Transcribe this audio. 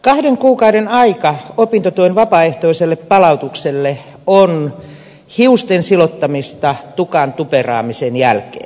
kahden kuukauden aika opintotuen vapaaehtoiselle palautukselle on hiusten silottamista tukan tupeeraamisen jälkeen